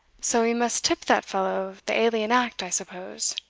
so we must tip that fellow the alien act, i suppose?